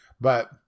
But-